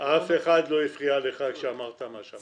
חבר יקר, אף אחד לא הפריע לך כשאמרת מה שאמרת.